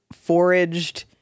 foraged